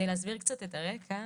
כדי להסביר קצת את הרקע,